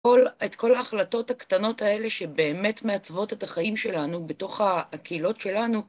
את כל ההחלטות הקטנות האלה שבאמת מעצבות את החיים שלנו בתוך הקהילות שלנו